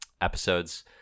episodes